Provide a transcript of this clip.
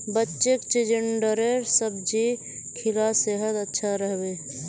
बच्चीक चिचिण्डार सब्जी खिला सेहद अच्छा रह बे